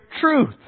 truth